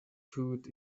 food